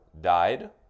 died